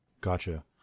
Gotcha